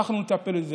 אנחנו נטפל בזה,